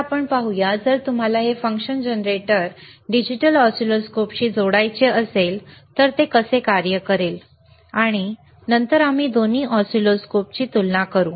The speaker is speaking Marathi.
आत्ता आपण पाहू या जर तुम्हाला हे फंक्शन जनरेटर डिजिटल ऑसिलोस्कोपशी जोडायचे असेल तर ते कसे कार्य करेल आणि नंतर आम्ही दोन्ही ऑसिलोस्कोपची तुलना करू